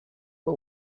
but